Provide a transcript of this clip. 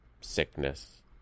sickness